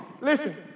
Listen